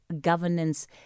governance